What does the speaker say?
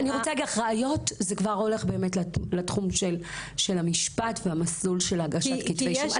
ראיות זה כבר הולך באמת לתחום של המשפט והמסלול של הגשת כתבי אישום.